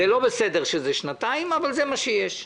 לא בסדר שזה שנתיים, אבל זה מה שיש.